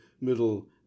Middle